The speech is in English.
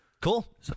Cool